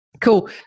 Cool